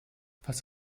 pass